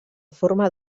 forma